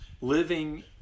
Living